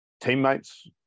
teammates